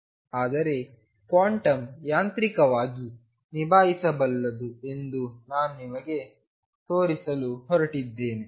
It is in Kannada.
ಆದರೆ ಕ್ವಾಂಟಮ್ ಯಾಂತ್ರಿಕವಾಗಿ ನಿಭಾಯಿಸಬಲ್ಲದು ಎಂದು ನಾನು ನಿಮಗೆ ತೋರಿಸಲು ಹೊರಟಿದ್ದೇನೆ